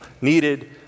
needed